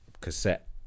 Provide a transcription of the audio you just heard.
Cassette